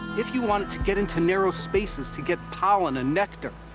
if you wanted to get into narrow spaces to get pollen and nectar,